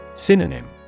Synonym